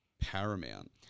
paramount